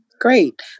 great